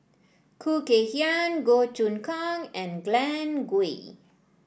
Khoo Kay Hian Goh Choon Kang and Glen Goei